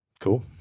Cool